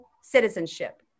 citizenship